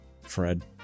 Fred